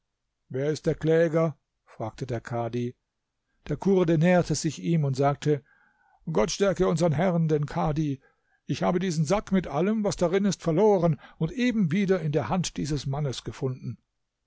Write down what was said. wer ist der kläger fragte der kadhi der kurde näherte sich ihm und sagte gott stärke unsern herrn den kadhi ich habe diesen sack mit allem was darin ist verloren und eben wieder in der hand dieses mannes gefunden